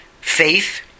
faith